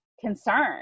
concern